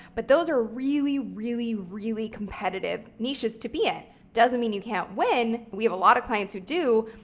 but those are really, really, really competitive niches to be in. it doesn't mean you can't win, we have a lot of clients who do,